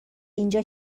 اینجا